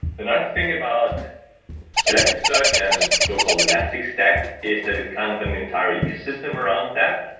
the nice thing about elasticsearch and the so-called elastic stack is that is kind of and entire ecosystem around that.